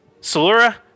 Salura